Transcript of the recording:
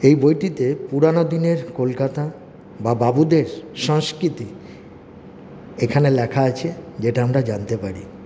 এই বইটিতে পুরানো দিনের কলকাতা বা বাবুদের সংস্কৃতি এখানে লেখা আছে যেটা আমরা জানতে পারি